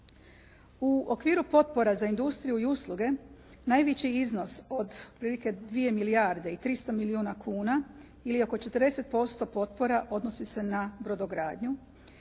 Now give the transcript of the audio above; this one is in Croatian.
U okviru potpora za industriju i usluge, najveći iznos od otprilike 2 milijarde i 300 milijuna kuna ili ooko 40% potpora odnosi se na brodogradnju,